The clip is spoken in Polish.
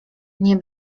nie